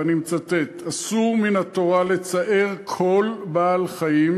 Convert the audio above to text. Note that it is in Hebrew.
ואני מצטט: "אסור מן התורה לצער כל בעל-חי,